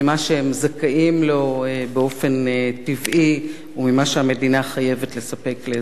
זכאים לו באופן טבעי וממה שהמדינה חייבת לספק לאזרחיה.